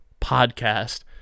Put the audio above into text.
podcast